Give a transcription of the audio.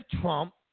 Trump